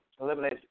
eliminate